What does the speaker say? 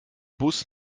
bus